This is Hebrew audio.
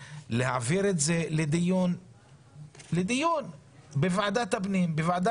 להעביר את זה לדיון בוועדת הפנים או בוועדה